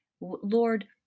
Lord